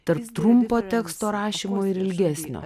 tarp trumpo teksto rašymo ir ilgesnio